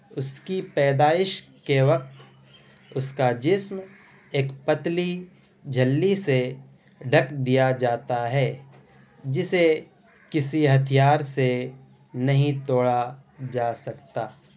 اس کی پیدائش کے وقت اس کا جسم ایک پتلی جھلی سے ڈھک دیا جاتا ہے جسے کسی ہتھیار سے نہیں توڑا جا سکتا